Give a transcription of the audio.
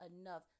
enough